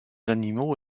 animaux